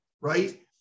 right